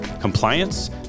compliance